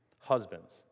Husbands